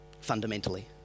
fundamentally